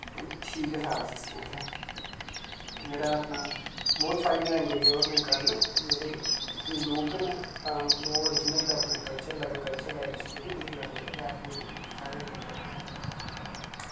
ठीक ऐ सारा सिस्टम इत्थें जेह्ड़ा अपना बहुत सारियां लैंगुएजां होरनें कारण जेह्ड़ी लोक न तां मतलब ओह् रीजनल अपने कल्चर लग्ग कल्चर डाइवस्टी जेह्ड़ी उंदी लग्ग लग्ग ऐ अपनी सारे लग्ग लग्ग न